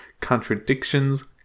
contradictions